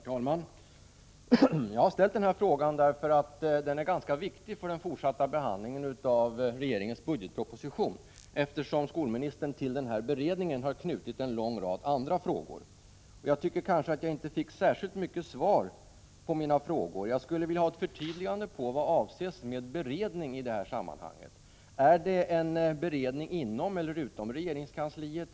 Herr talman! Jag har ställt den här frågan därför att det gäller en sak som är ganska viktig för den fortsatta behandlingen av regeringens budgetproposition. Skolministern har ju till den aktuella beredningen knutit en lång rad ting, och jag tycker inte att jag fick särskilt mycket besked. Jag skulle vilja ha ett förtydligande när det gäller vad som avses med beredning i detta sammanhang. Är det en beredning inom eller utom regeringskansliet?